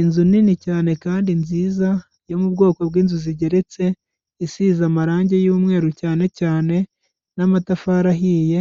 Inzu nini cyane kandi nziza yo mu bwoko bw'inzu zigeretse isize amarangi y'umweru cyane cyane n'amatafari ahiye,